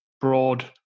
broad